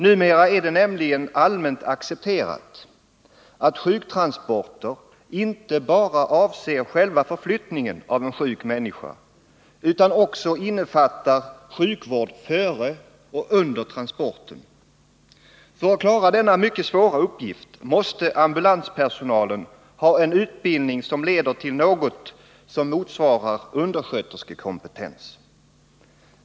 Numera är det nämligen allmänt accepterat att sjuktransporter inte bara avser själva förflyttningen av en sjuk människa utan också innefattar sjukvård före och under transporten. För att klara denna mycket svåra uppgift måste ambulanspersonalen ha en utbildning som leder till något som motsvarar undersköterskekompetens.